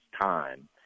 time